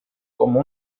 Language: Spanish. como